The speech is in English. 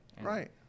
Right